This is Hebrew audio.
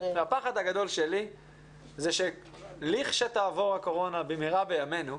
והפחד הגדול שלי זה שלכשתעבור הקורונה במהרה בימינו,